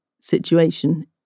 situation